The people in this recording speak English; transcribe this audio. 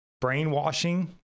brainwashing